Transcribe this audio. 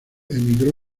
emigró